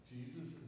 Jesus